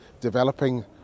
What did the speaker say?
developing